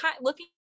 looking